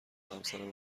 همسرم